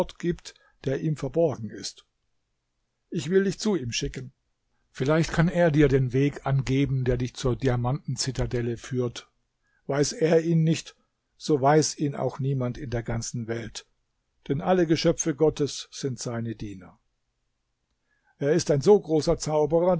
gibt der ihm verborgen ist ich will dich zu ihm schicken vielleicht kann er dir den weg angeben der dich zur diamanten zitadelle fährt weiß er ihn nicht so weiß ihn auch niemand in der ganzen welt denn alle geschöpfe gottes sind seine diener er ist ein so großer zauberer